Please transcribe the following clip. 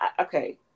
okay